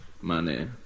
Money